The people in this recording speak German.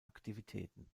aktivitäten